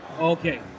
Okay